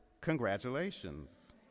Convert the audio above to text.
congratulations